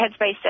Headspace